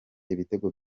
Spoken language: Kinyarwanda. ibitego